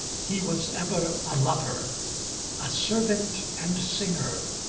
he was ever a lover a servant and singer,